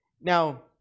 Now